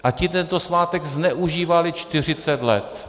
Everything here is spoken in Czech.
A ti tento svátek zneužívali 40 let.